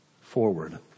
forward